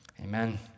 Amen